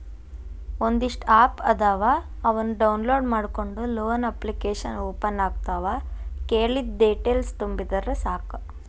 ಒಂದಿಷ್ಟ ಆಪ್ ಅದಾವ ಅವನ್ನ ಡೌನ್ಲೋಡ್ ಮಾಡ್ಕೊಂಡ ಲೋನ ಅಪ್ಲಿಕೇಶನ್ ಓಪನ್ ಆಗತಾವ ಕೇಳಿದ್ದ ಡೇಟೇಲ್ಸ್ ತುಂಬಿದರ ಸಾಕ